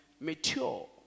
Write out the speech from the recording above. Mature